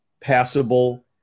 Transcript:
passable